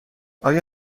آیا